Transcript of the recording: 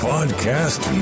Podcast